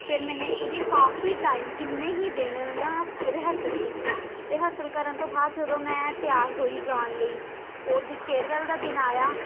ਫਿਰ ਮੈਨੇ ਉਹਦੀ ਕਾਫੀ ਟਾਇਮ ਕਿੰਨੇ ਹੀ ਦਿਨ ਨਾ ਰਿਹਸਲ ਕੀਤੀ ਰਿਹਸਲ ਕਰਨ ਤੋਂ ਬਾਅਦ ਜਦੋਂ ਮੈਂ ਤਿਆਰ ਹੋਈ ਗਾਣ ਲਈ ਉਹਦੀ ਫੇਅਰਵੈੱਲ ਦਾ ਦਿਨ ਆਇਆ